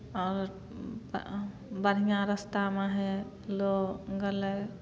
आओर बऽ बढ़िआँ रस्ता माहे लऽ गेलै